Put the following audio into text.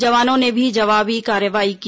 जवानों ने भी जवाबी कार्रवाई की